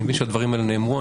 אני מבין שהדברים האלה נאמרו.